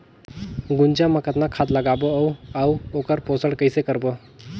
गुनजा मा कतना खाद लगाबो अउ आऊ ओकर पोषण कइसे करबो?